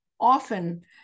often